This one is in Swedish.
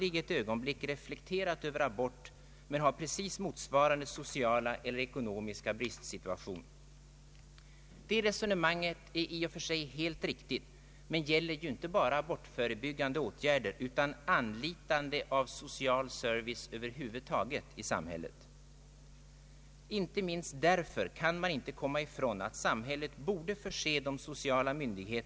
Som det nu är går alla abortbeslut upp till socialstyrelsens socialpsykiatriska nämnd, utom de s.k. tvåläkarintygen, som ju endast i efterhand godkännes av socialstyrelsen. Min förhoppning är att abortutredningen prövar alternativa former till beslutsfattande.